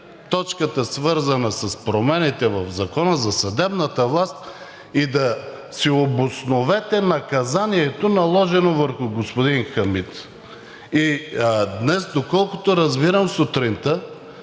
точката, свързана с промените в Закона за съдебната власт, и да си обосновете наказанието, наложено върху господин Хамид. Днес сутринта, доколкото разбирам,